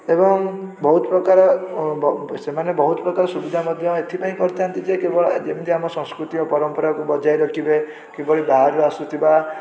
ଏବଂ ବହୁତ ପ୍ରକାର ସେମାନେ ବହୁତପ୍ରକାର ସୁବିଧା ମଧ୍ୟ ଏଥିପାଇଁ କରିଥାନ୍ତି ଯେ କେବଳ ଯେମିତି ଆମ ସଂସ୍କୃତି ଓ ପରମ୍ପରାକୁ ବଜାୟ ରଖିବେ କିଭଳି ବାହାରୁ ଆସୁଥିବା